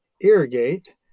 irrigate